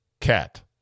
cat